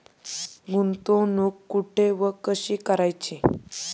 गुंतवणूक कुठे व कशी करायची?